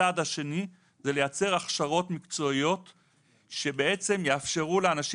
הצעד השני זה לייצר הכשרות מקצועיות שבעצם יאפשרו לאנשים